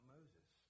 Moses